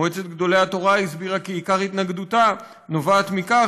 מועצת גדולי התורה הסבירה כי עיקר התנגדותה נובע מכך